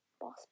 boss